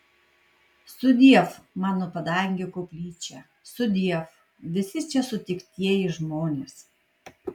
sudiev mano padangių koplyčia sudiev visi čia sutiktieji žmonės